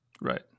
Right